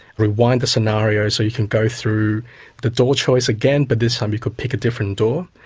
rewind the scenario so you can go through the door choice again, but this time you could pick a different door.